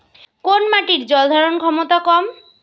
কোন মাটির জল ধারণ ক্ষমতা কম?